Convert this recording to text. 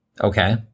Okay